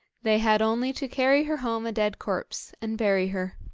they had only to carry her home a dead corpse and bury her.